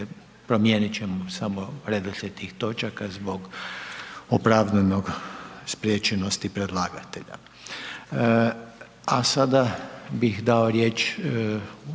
promijeniti ćemo mu samo redoslijed tih točaka zbog opravdanog spriječenosti predlagatelja. A sada bi dao riječ